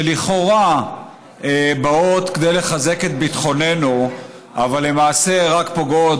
שלכאורה באות כדי לחזק את ביטחוננו אבל למעשה רק פוגעות